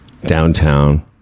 downtown